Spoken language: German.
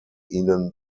ihnen